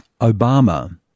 Obama